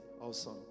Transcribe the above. awesome